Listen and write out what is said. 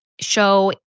show